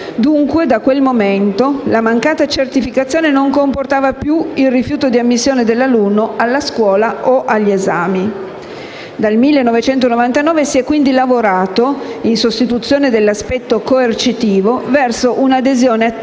Dunque, da quel momento la mancata certificazione non comportava più il rifiuto di ammissione dell'alunno alla scuola o agli esami. Dal 1999 si è quindi lavorato, in sostituzione dell'aspetto coercitivo, verso un'adesione attiva